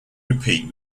repeat